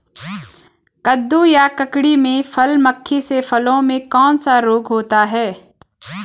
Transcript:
कद्दू या ककड़ी में फल मक्खी से फलों में कौन सा रोग होता है?